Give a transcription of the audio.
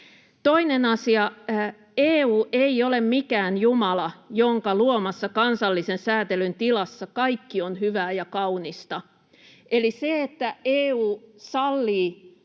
Toinen asia: EU ei ole mikään Jumala, jonka luomassa kansallisen sääntelyn tilassa kaikki on hyvää ja kaunista, eli se, että EU sallii